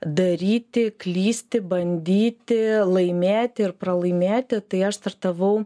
daryti klysti bandyti laimėti ir pralaimėti tai aš startavau